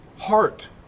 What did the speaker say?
heart